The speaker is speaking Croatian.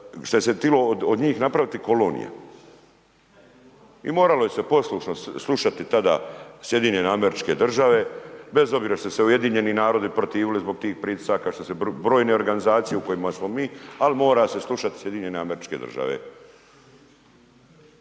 šta se htjelo od njih napraviti kolonije. I moralo se poslušno slušati tada SAD, bez obzira što su se Ujedinjeni narodi protivili zbog tih pritisaka, što su se brojne organizacije u kojima smo mi, ali mora se slušati SAD. Prema tome, prema